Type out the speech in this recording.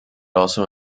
also